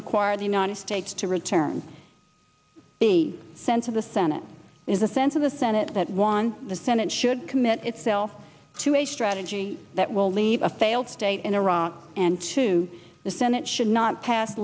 require the united states to return the sense of the senate is a sense of the senate that once the senate should commit itself to a strategy that will leave a failed state in iraq and the senate should not pass